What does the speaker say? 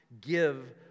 give